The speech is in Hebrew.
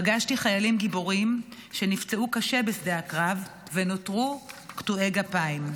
פגשתי חיילים גיבורים שנפצעו קשה בשדה הקרב ונותרו קטועי גפיים.